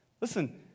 Listen